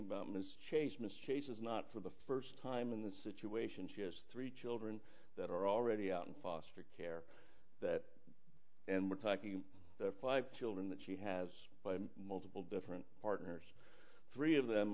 about loose change miss chase is not for the first time in this situation she has three children that are already out in foster care that and we're talking five children that she has multiple different partners three of them